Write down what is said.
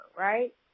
right